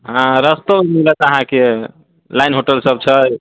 हँ रस्तोमे मिलत अहाँकेँ लाइन होटल सभ छै